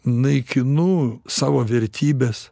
naikinu savo vertybes